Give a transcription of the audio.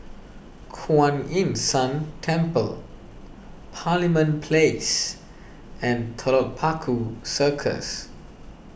Kuan Yin San Temple Parliament Place and Telok Paku Circus